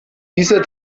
dieser